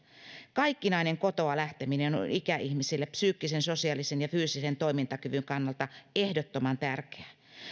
kaikkinainen kotoa lähteminen on ikäihmiselle psyykkisen sosiaalisen ja fyysisen toimintakyvyn kannalta ehdottoman tärkeää